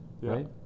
right